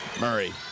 Murray